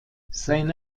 seine